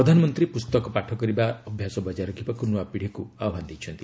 ପ୍ରଧାନମନ୍ତ୍ରୀ ପୁସ୍ତକ ପାଠ କରିବାର ଅଭ୍ୟାସ ବଜାୟ ରଖିବାକୁ ନୂଆ ପିଢ଼ିକୁ ଆହ୍ୱାନ ଦେଇଛନ୍ତି